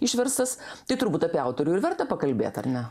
išverstas tai turbūt apie autorių ir verta pakalbėt ar ne